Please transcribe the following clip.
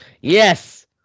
Yes